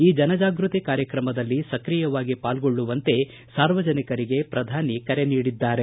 ಈ ಜನಜಾಗೃತಿ ಕಾರ್ಯತ್ರಮದಲ್ಲಿ ಸಕ್ರಿಯವಾಗಿ ಪಾಲ್ಗೊಳ್ಳುವಂತೆ ಸಾರ್ವಜನಿಕರಿಗೆ ಪ್ರಧಾನಿ ಕರೆ ನೀಡಿದ್ದಾರೆ